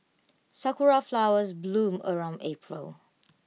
Sakura Flowers bloom around April